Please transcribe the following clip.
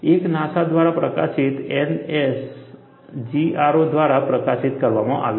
એક નાસા દ્વારા પ્રકાશિત NASGRO દ્વારા પ્રકાશિત કરવામાં આવ્યું છે